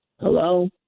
Hello